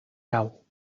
cau